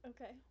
Okay